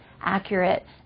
accurate